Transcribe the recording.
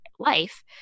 life